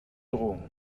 drohung